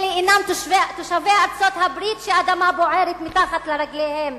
לא תושבי ארצות-הברית האדמה בוערת מתחת לרגליהם,